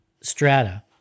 strata